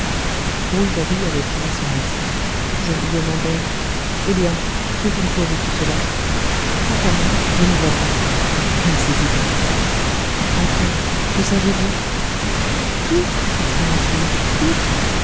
rouletabille avait fini son récit je lui demandai eh bien que conclure de tout cela quant à moi je ne vois pas je ne saisis pas enfin que savezvous tout sexclama t il tout